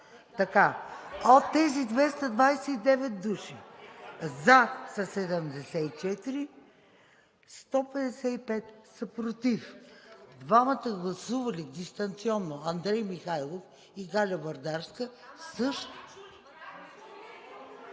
От тези 229 души за са 74, 155 са против. Двамата гласували дистанционно – Андрей Михайлов и Галя Бърдарска, също